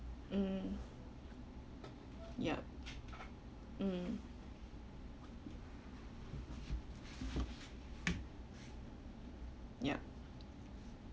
mm yup mm yup